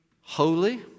holy